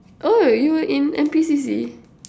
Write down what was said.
oh you were in N_P_C_C